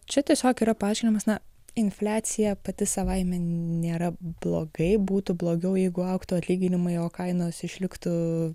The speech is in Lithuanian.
čia tiesiog yra paaiškinimas na infliacija pati savaime nėra blogai būtų blogiau jeigu augtų atlyginimai o kainos išliktų